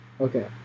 Okay